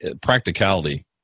Practicality